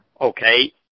Okay